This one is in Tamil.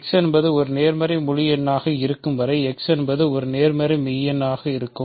x என்பது ஒரு நேர்மறை முழு எண்ணாக இருக்கும் வரை x என்பது ஒரு நேர்மறையான மெய் எண்ணாக இருக்கும்